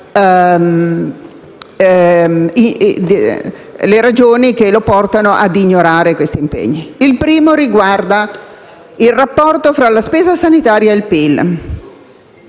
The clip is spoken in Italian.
le ragioni che lo portano ad ignorarli. Il primo tema riguarda il rapporto tra la spesa sanitaria e il PIL.